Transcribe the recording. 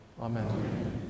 Amen